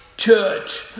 Church